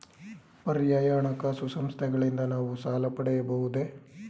ಪರ್ಯಾಯ ಹಣಕಾಸು ಸಂಸ್ಥೆಗಳಿಂದ ನಾವು ಸಾಲ ಪಡೆಯಬಹುದೇ?